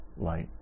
light